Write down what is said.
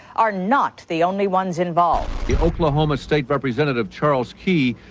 are not the only ones involved. the oklahoma state representative, charles key,